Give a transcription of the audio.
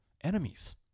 enemies